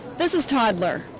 this is toddler.